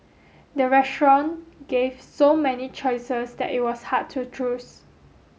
the restaurant gave so many choices that it was hard to choose